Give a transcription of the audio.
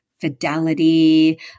Fidelity